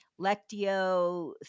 Lectio